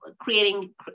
creating